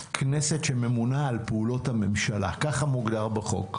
שממונה על פעולות הממשלה ככה זה מוגדר בחוק,